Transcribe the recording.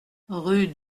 rue